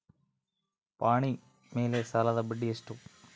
ಪಹಣಿ ಮೇಲೆ ಸಾಲದ ಬಡ್ಡಿ ಎಷ್ಟು?